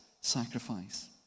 sacrifice